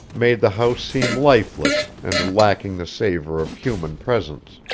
made the house seem lifeless and lacking the savor of human presence.